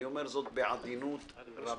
אני אומר את זה בעדינות רבה.